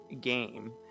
game